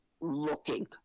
looking